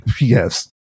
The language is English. yes